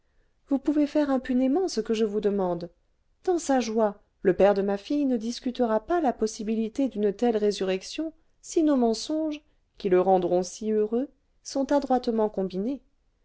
vous pouvez faire impunément ce que je vous demande dans sa joie le père de ma fille ne discutera pas la possibilité d'une telle résurrection si nos mensonges qui le rendront si heureux sont adroitement combinés